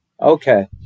okay